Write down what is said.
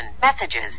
messages